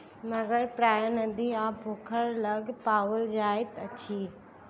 मगर प्रायः नदी आ पोखैर लग पाओल जाइत अछि